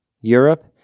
Europe